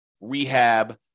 rehab